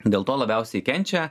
dėl to labiausiai kenčia